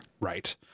right